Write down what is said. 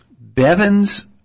Bevins